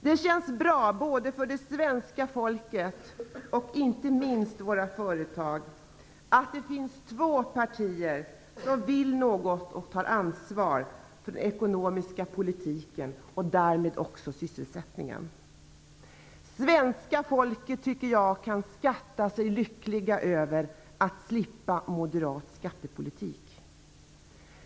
Det känns bra både för det svenska folket, och inte minst för våra företag, att det finns två partier som vill något och tar ansvar för den ekonomiska politiken och därmed också sysselsättningen. Svenska folket kan skatta sig lyckliga över att slippa moderat skattepolitik.